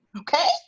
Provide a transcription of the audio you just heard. Okay